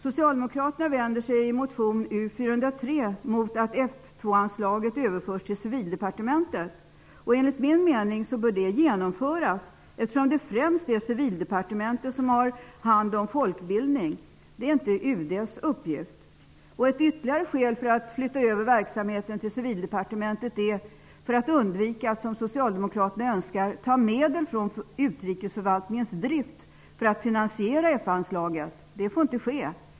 Socialdemokraterna vänder sig i motion U403 mot att F 2-anslaget överförs till Civildepartementet. Enligt min mening bör det genomföras, eftersom det främst är Civildepartementet som har hand om folkbildning. Det är inte UD:s uppgift. Ett ytterligare skäl att flytta över verksamheten till Civildepartementet är att man skall undvika att, som Socialdemokraterna önskar, ta medel från utrikesförvaltningens drift för att finansiera F anslaget. Det får inte ske.